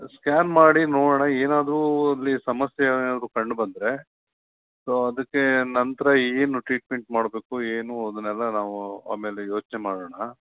scan ಮಾಡಿ ನೋಡೋಣ ಏನಾದರೂ ಅಲ್ಲಿ ಸಮಸ್ಯೆ ಏನಾದರು ಕಂಡು ಬಂದರೆ ಸೊ ಅದಕ್ಕೆ ನಂತರ ಏನು ಟ್ರೀಟ್ಮೆಂಟ್ ಮಾಡಬೇಕು ಏನು ಅದನ್ನೆಲ್ಲ ನಾವು ಒಮ್ಮೆಲೆ ಯೋಚನೆ ಮಾಡೋಣ